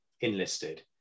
enlisted